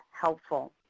helpful